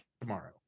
tomorrow